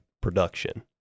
production